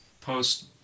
post